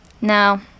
No